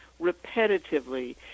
repetitively